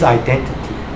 identity